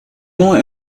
more